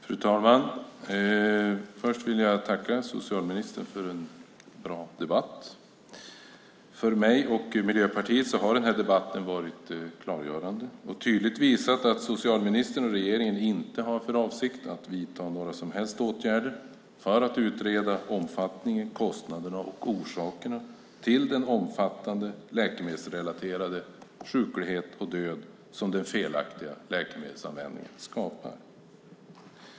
Fru talman! Först vill jag tacka socialministern för en bra debatt. För mig och Miljöpartiet har den här debatten varit klargörande. Den har tydligt visat att socialministern och regeringen inte har för avsikt att vidta några som helst åtgärder för att utreda omfattningen, kostnaderna och orsakerna till den omfattande läkemedelsrelaterade sjuklighet och död som den felaktiga läkemedelsanvändningen skapar.